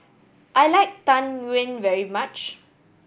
I like Tang Yuen very much